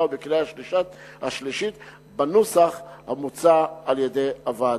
ובקריאה השלישית בנוסח המוצע על-ידי הוועדה.